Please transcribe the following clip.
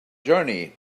journey